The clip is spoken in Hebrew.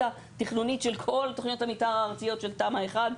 של כל תשתית המתאר הארצית של תמ״א 1,